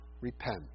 repent